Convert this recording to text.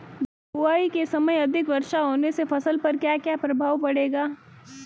बुआई के समय अधिक वर्षा होने से फसल पर क्या क्या प्रभाव पड़ेगा?